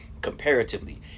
Comparatively